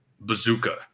bazooka